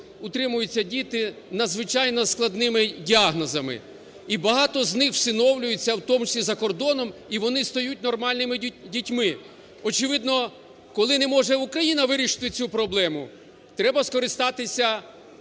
утримуються діти з надзвичайно складними діагнозами. І багато з них всиновлюються, в тому числі за кордоном, і вони стають нормальними дітьми. Очевидно, коли не може Україна вирішити цю проблему, треба скористатися